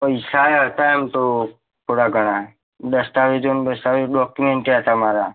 પૈસા હતા એમ તો થોડા ઘણા દસ્તાવેજો ન બસ્તાવેજો ડોક્યુમેન્ટે હતા મારાં